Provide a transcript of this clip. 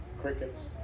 crickets